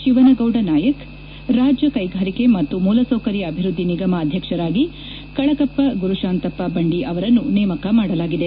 ತಿವನಗೌಡ ನಾಯಕ್ ರಾಜ್ಯ ಕೈಗಾರಿಕೆ ಮತ್ತು ಮೂಲಸೌಕರ್ಯ ಅಭಿವೃದ್ದಿ ನಿಗಮ ಅಧ್ವಕ್ಷರಾಗಿ ಕಳಕಪ್ಪ ಗುರುತಾಂತಪ್ಪ ಬಂಡಿ ಅವರನ್ನು ನೇಮಕ ಮಾಡಲಾಗಿದೆ